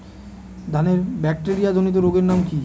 ধানের ব্যাকটেরিয়া জনিত রোগের নাম কি?